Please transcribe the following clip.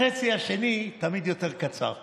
החצי השני תמיד קצר יותר.